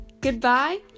Goodbye